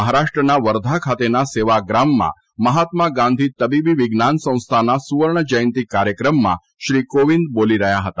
મહારાષ્ટ્રના વર્ધા ખાતેના સેવાગ્રામમાં મહાત્મા ગાંધી તબીબી વિજ્ઞાન સંસ્થાના સુવર્ણ જયંતિ કાર્યક્રમમાં શ્રી કોવિંદ બોલી રહ્યા હતા